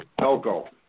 Elko